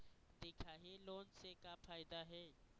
दिखाही लोन से का फायदा हे?